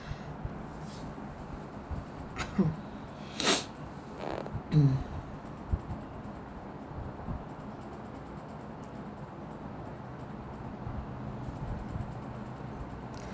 mm